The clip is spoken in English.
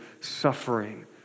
suffering